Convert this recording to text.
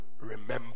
remember